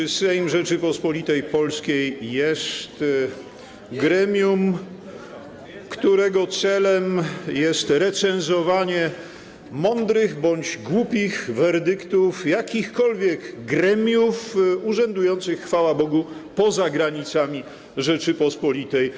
Czy Sejm Rzeczypospolitej Polskiej jest gremium, którego celem jest recenzowanie mądrych bądź głupich werdyktów jakichkolwiek gremiów urzędujących, chwała Bogu, poza granicami Rzeczypospolitej?